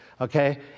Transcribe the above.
okay